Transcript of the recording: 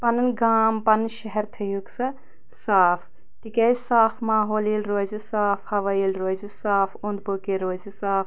پنُن گام پنُن شہر تھٲیہوکھ سا صاف تِکیٛازِ صاف ماحول ییٚلہِ روزِ صاف ہوا ییٚلہِ روزِ صاف اوٚند پوٚک ییٚلہِ روزِ صاف